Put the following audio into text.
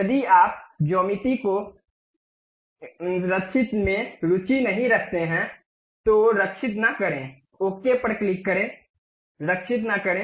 यदि आप ज्यामिति को सेव में रुचि नहीं रखते हैं तो सेव न करें ओके पर क्लिक करें सेव न करें